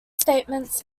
statements